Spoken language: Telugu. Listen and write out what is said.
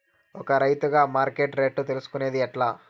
ఒక రైతుగా మార్కెట్ రేట్లు తెలుసుకొనేది ఎట్లా?